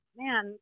man